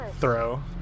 throw